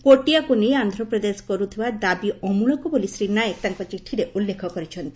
କୋଟିଆକୁ ନେଇ ଆନ୍ଧ୍ରପ୍ରଦେଶ କରୁଥିବା ଦାବି ଅମୂଳକ ବୋଲି ଶ୍ରୀ ନାଏକ ତାଙ୍କ ଚିଠିରେ ଉଲ୍କେଖ କରିଛନ୍ତି